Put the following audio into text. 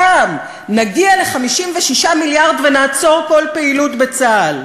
הפעם נגיע ל-56 מיליארד ונעצור כל פעילות בצה"ל.